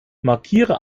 markiere